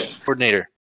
coordinator